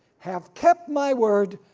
have kept my word,